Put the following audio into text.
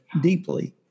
deeply